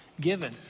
given